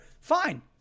Fine